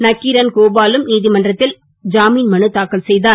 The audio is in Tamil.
நக்கீரன் கோபாலும் நீதிமன்றத்தில் ஜாமீன் மலு தாக்கல் செய்தார்